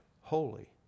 holy